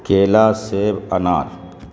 کیلا سیب انار